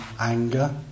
anger